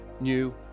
new